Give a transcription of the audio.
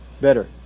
better